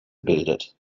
bildet